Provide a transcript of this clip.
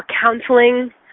counseling